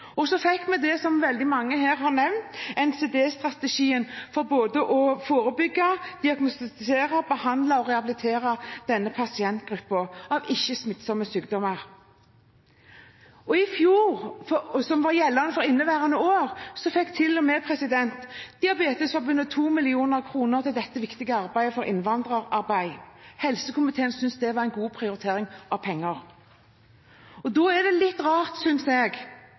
Så fikk vi det som veldig mange her har nevnt, NCD-strategien for forebygging, diagnostisering, behandling og rehabilitering av fire ikke-smittsomme sykdommer for denne pasientgruppen. I fjor – som var gjeldende for inneværende år – fikk Diabetesforbundet 2 mill. kr til dette viktige arbeidet for innvandrere. Helsekomiteen syntes det var en god prioritering av penger. Da er det litt rart, synes jeg